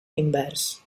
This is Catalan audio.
invers